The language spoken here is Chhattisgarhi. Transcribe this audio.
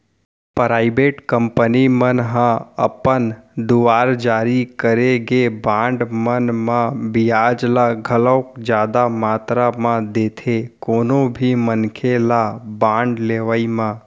पराइबेट कंपनी मन ह अपन दुवार जारी करे गे बांड मन म बियाज ल घलोक जादा मातरा म देथे कोनो भी मनखे ल बांड लेवई म